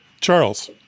Charles